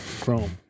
Chrome